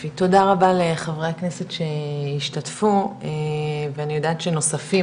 יופי תודה רבה לחברי הכנסת שהשתתפו ואני יודעת שנוספים